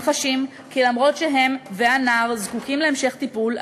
הם חשים כי אף שהם והנער זקוקים להמשך טיפול,